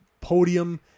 podium